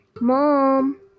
Mom